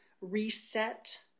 reset